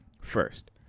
first